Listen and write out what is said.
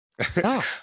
Stop